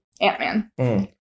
Ant-Man